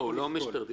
לא משטרת ישראל.